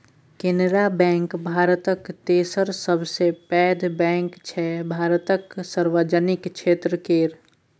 Canara bank भारतक तेसर सबसँ पैघ बैंक छै भारतक सार्वजनिक क्षेत्र केर